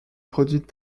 produite